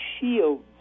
Shields